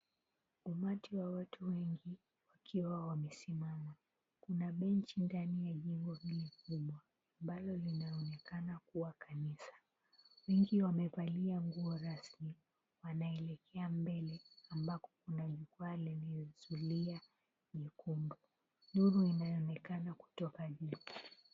Umati wa watu wengi wakiwa wamesimama. Kuna benchi ndani ya jengo hili kubwa ambalo linaonekana kuwa kanisa. Wengi wamevalia nguo rasmi wanaelekea mbele amabako kuna jukwaa lenye zulia jekundu, nuru inaonekana kutoka juu.